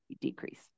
decrease